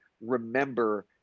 remember